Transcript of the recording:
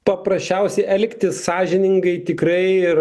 paprasčiausiai elgtis sąžiningai tikrai ir